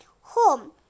home